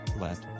Let